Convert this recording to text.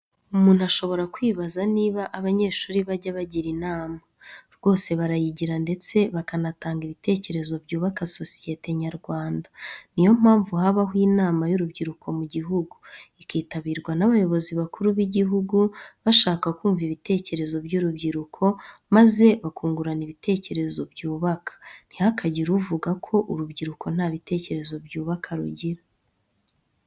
Umuntu ashobora kwibaza niba abanyeshuri bajya bagira inama. Rwose barayigira ndetse bakanatanga ibitekerezo byubaka sosiyete nyarwanda. Niyo mpamvu habaho inama y'urubyiruko mu gihugu. Ikitabirwa n'abayobozi bakuru b'igihugu bashaka kumva ibitekerezo by'urubyuruko, maze bakungurana ibitekerezo byubaka. Ntihakagire uvuga ko urubyiruko nta bitekerezo byubaka rugira.